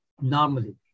normally